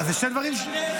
זה שני דברים שונים.